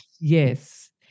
Yes